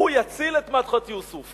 הוא יציל את מדחת יוסף.